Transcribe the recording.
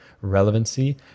relevancy